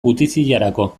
gutiziarako